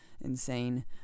insane